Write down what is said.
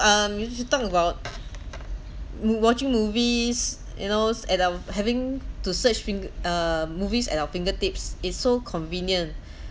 um you should talk about watching movies you knows and um having to search finger um movies at our fingertips it's so convenient